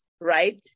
right